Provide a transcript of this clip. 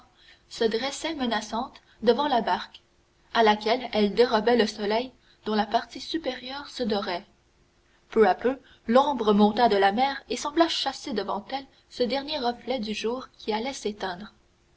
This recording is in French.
se dressait menaçante devant la barque à laquelle elle dérobait le soleil dont la partie supérieure se dorait peu à peu l'ombre monta de la mer et sembla chasser devant elle ce dernier reflet du jour qui allait s'éteindre